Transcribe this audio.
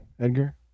Edgar